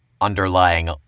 Underlying